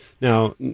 Now